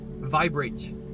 vibrate